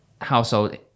household